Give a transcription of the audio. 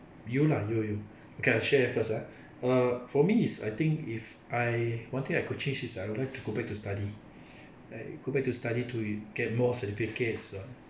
you lah you you okay I'll share first ah uh for me is I think if I one thing I could change is uh I would like to go back to study I go back to study to get more certificates ah